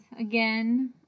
again